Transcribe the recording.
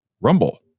Rumble